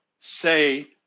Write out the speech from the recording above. say